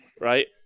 right